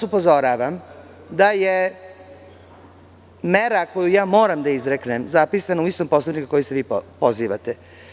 Upozoravam vas da je mera koju moram da izreknem zapisana u istom Poslovniku na koji se vi pozivate.